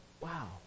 wow